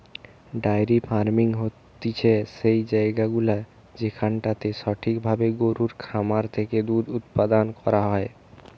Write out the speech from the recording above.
diary farming হতিছে সেই জায়গাগুলা যেখানটাতে সঠিক ভাবে গরুর খামার থেকে দুধ উপাদান করা হয়